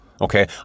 okay